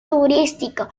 turístico